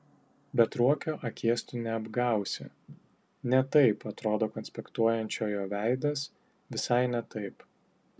bet ruokio akies tu neapgausi ne taip atrodo konspektuojančio jo veidas visai ne taip